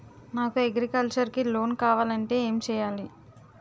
నాకు అగ్రికల్చర్ కి లోన్ కావాలంటే ఏం చేయాలి?